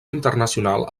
internacional